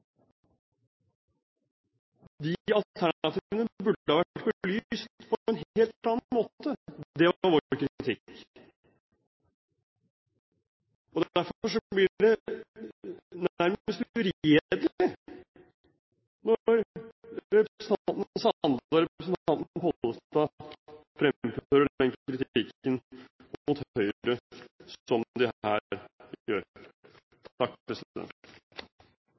De alternativene burde ha vært belyst på en helt annen måte. Det var vår kritikk. Derfor blir det nærmest uredelig når representanten Sande og representanten Pollestad fremfører den kritikken mot Høyre som de her gjør.